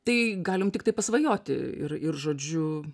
tai galim tiktai pasvajoti ir ir žodžiu